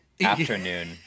afternoon